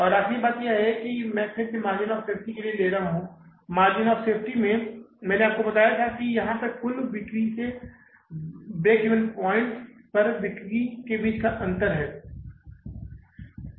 और आखिरी बात यह है कि मैं फिर से मार्जिन ऑफ़ सेफ्टी ले रहा हूं मार्जिन ऑफ़ सेफ्टी में मैंने आपको बताया था कि यह पर कुल बिक्री से ब्रेक इवन पॉइंट्स पर बिक्री के बीच का अंतर है